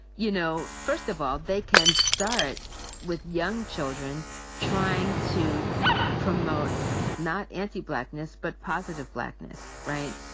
you know, first of all, they can start with young children trying to promote not anti-blackness but positive blackness, right?